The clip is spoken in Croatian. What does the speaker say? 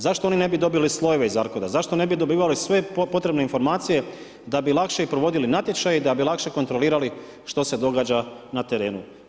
Zašto oni ne bi dobili slojeve iz ARKOD-a, zašto ne bi dobivali sve potrebne informacije da bi lakše provodili natječaj i da bi lakše kontrolirali što se događa na terenu.